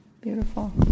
beautiful